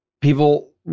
people